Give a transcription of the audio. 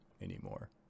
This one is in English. anymore